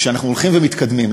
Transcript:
ושאנחנו הולכים ומתקדמים,